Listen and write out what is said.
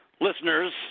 listeners